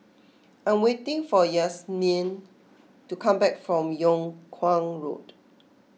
I am waiting for Yasmeen to come back from Yung Kuang Road